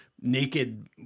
naked